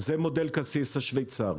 זה מודל "קסיס" השוויצרי.